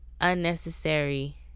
unnecessary